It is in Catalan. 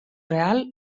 real